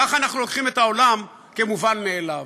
כך אנחנו לוקחים את העולם כמובן מאליו.